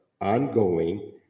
ongoing